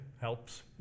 helps